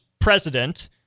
president